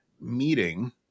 meeting